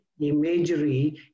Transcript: imagery